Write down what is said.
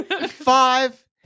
Five